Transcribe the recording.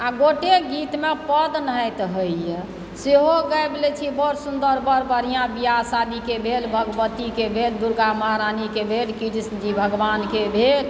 आओर गोटेके गीतमे पद नाहित होइए सेहो गाबि लैत छी बड़ सुन्दर बड़ बढ़िआँ बियाह शादीके भेल भगवतीके भेल दुर्गा महारानीके भेल कृष्ण जी भगवानके भेल